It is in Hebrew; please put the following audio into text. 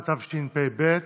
היום יום שני, ח' בשבט התשפ"ב,